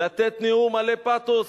לתת נאום מלא פתוס,